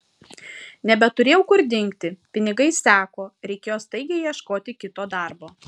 nebeturėjau kur dingti pinigai seko reikėjo staigiai ieškoti kito darbo